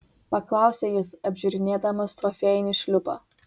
paklausė jis apžiūrinėdamas trofėjinį šliupą